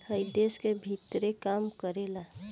हइ देश के भीतरे काम करेला